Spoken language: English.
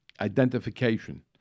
identification